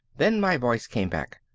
then my voice came back.